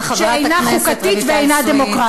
שאינה חוקתית ואינה דמוקרטית.